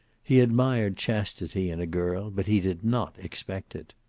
he admired chastity in a girl, but he did not expect it.